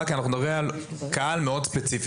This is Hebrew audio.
כי אנחנו מדברים על קהל מאוד ספציפי.